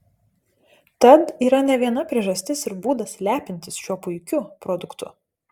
tad yra ne viena priežastis ir būdas lepintis šiuo puikiu produktu